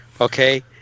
Okay